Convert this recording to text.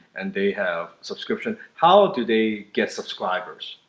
and they have subscription, how ah do they get subscribers?